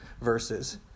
verses